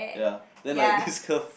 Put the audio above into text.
ya then like this curve